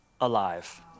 alive